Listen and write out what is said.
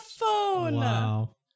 Wow